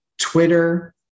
Twitter